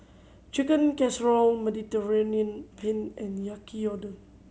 Chicken Casserole Mediterranean Penne and Yaki Udon